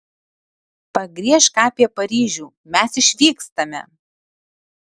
pagriežk apie paryžių mes išvykstame